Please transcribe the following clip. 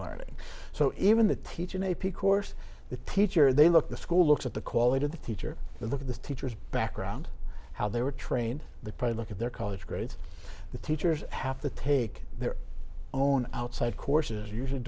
learning so even the teaching a p course the teacher they look the school looks at the quality of the teacher look at the teachers background how they were trained the probably look at their college grades the teachers have to take their own outside courses usually